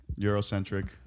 eurocentric